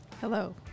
Hello